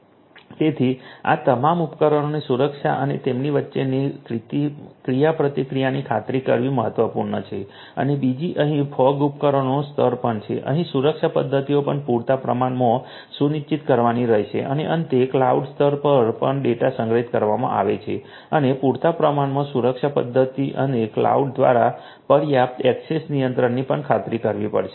તેથી આ તમામ ઉપકરણોની સુરક્ષા અને તેમની વચ્ચેની ક્રિયાપ્રતિક્રિયાની ખાતરી કરવી મહત્વપૂર્ણ છે અને બીજું અહીં ફોગ ઉપકરણોનો સ્તર પણ છે અહીં સુરક્ષા પદ્ધતિઓ પણ પૂરતા પ્રમાણમાં સુનિશ્ચિત કરવાની રહેશે અને અંતે કલાઉડ સ્તર પર પણ ડેટા સંગ્રહિત કરવામાં આવે છે અને પૂરતા પ્રમાણમાં સુરક્ષા પદ્ધતિઓ અને કલાઉડ દ્વારા પર્યાપ્ત ઍક્સેસ નિયંત્રણની પણ ખાતરી કરવી પડશે